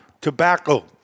Tobacco